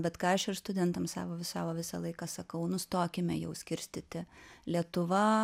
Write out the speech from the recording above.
bet ką aš ir studentam savo vi savo visą laiką sakau nustokime jau skirstyti lietuva